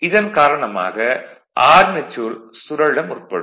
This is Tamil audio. இதன் காரணமாக ஆர்மெச்சூர் சுழல முற்படும்